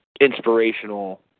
inspirational